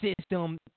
system